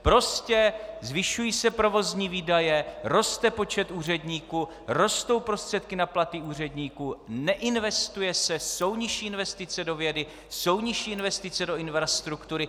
Prostě zvyšují se provozní výdaje, roste počet úředníků, rostou prostředky na platy úředníků, neinvestuje se, jsou nižší investice do vědy, jsou nižší investice do infrastruktury.